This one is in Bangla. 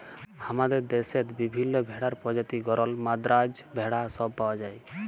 হামাদের দশেত বিভিল্য ভেড়ার প্রজাতি গরল, মাদ্রাজ ভেড়া সব পাওয়া যায়